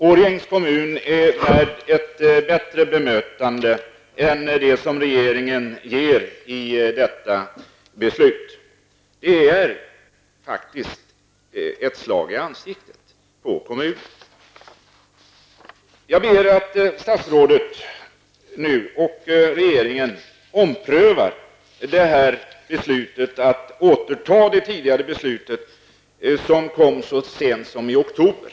Årjängs kommun är värd ett bättre bemötande än det som regeringen ger i detta beslut. Det är faktiskt ett slag i ansiktet på kommunen. Jag ber att statsrådet och regeringen nu omprövar det här beslutet att återta det tidigare beslutet, som kom så sent som i oktober.